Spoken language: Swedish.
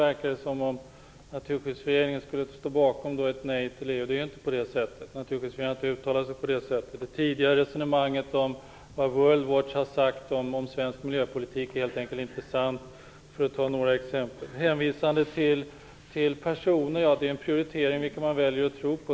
Det verkar som om Naturskyddsföreningen skulle stå bakom ett nej till EU. Det är inte på det sättet. Naturskyddsföreningen har inte uttalat sig så. Ett resonemang som har förts tidigare om vad World Watch har sagt om svensk miljöpolitik är helt enkelt inte sant, för att ta några exempel. Det hänvisas till personer. Det är en prioritering vilka man väljer att tro på.